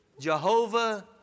Jehovah